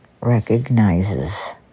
recognizes